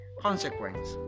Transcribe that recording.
Consequence